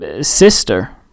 sister